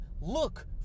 look